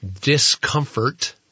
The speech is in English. discomfort